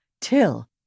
till